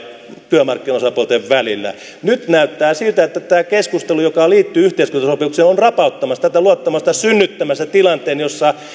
työmarkkinaosapuolten välillä nyt näyttää siltä että tämä keskustelu joka liittyy yhteiskuntasopimukseen on rapauttamassa tätä luottamusta ja synnyttämässä tilanteen jossa